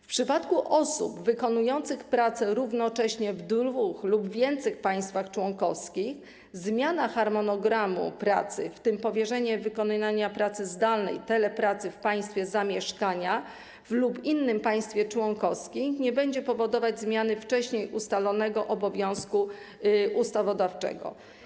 W przypadku osób wykonujących pracę równocześnie w dwóch lub więcej państwach członkowskich zmiana harmonogramu pracy, w tym powierzenie wykonywania pracy zdalnej i telepracy w państwie zamieszkania lub w innym państwie członkowskim, nie będzie powodować zmiany wcześniej ustalonego obowiązku ustawodawczego.